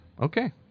okay